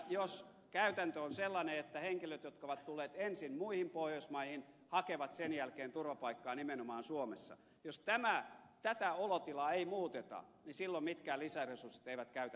jos käytäntö olotila on sellainen että henkilöt jotka ovat tulleet ensin muihin pohjoismaihin hakevat sen jälkeen turvapaikkaa nimenomaan suomessa ja jos sitä ei muuteta niin silloin mitkään lisäresurssit eivät käytännössä auta